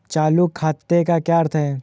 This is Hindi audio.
चालू खाते का क्या अर्थ है?